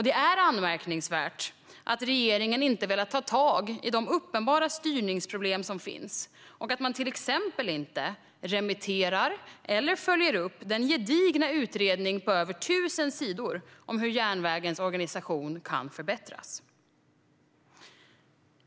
Det är anmärkningsvärt att regeringen inte har velat ta tag i de uppenbara styrningsproblem som finns och att man till exempel inte remitterar och följer upp den gedigna utredningen på över tusen sidor om hur järnvägens organisation kan förbättras.